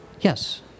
Yes